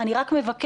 אני רק מבקש,